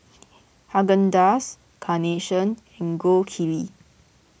Haagen Dazs Carnation and Gold Kili